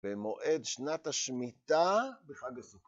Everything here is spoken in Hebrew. במועד שנת השמיתה בחג הסוכות.